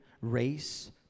race